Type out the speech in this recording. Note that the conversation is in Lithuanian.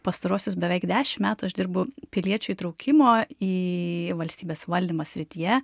pastaruosius beveik dešim metų aš dirbu piliečių įtraukimo į valstybės valdymą srityje